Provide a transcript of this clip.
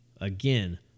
Again